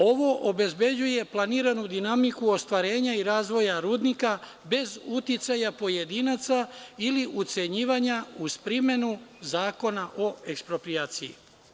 Ovo obezbeđuje planiranu dinamiku ostvarenja i razvoja rudnika bez uticaja pojedinaca ili ucenjivanja uz primenu Zakona o eksproprijaciji.